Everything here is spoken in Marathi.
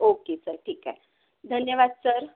ओके सर ठीक आहे धन्यवाद सर